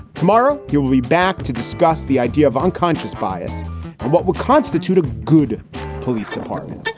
tomorrow, you'll be back to discuss the idea of unconscious bias and what would constitute a good police department.